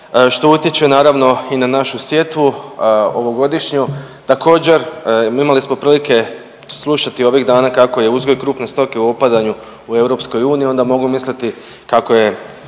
što utječe naravno i na našu sjetvu ovogodišnju. Također imali smo prilike slušati ovih dana kako je uzgoj krupne stoke u opadanju u EU onda mogu misliti kako je,